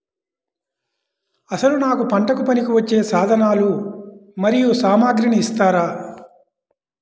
అసలు నాకు పంటకు పనికివచ్చే సాధనాలు మరియు సామగ్రిని ఇస్తారా?